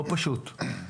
לא פשוט,